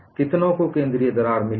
कितनों को केंद्रीय दरार मिली है